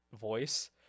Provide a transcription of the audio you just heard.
voice